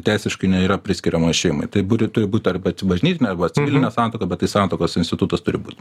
teisiškai nėra priskiriama šeimai tai buri turi būt arba bažnytinė arba civilinė santuoka bet tai santuokos institutas turi būt